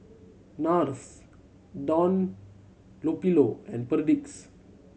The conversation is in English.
Nars Dunlopillo and Perdix